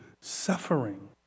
suffering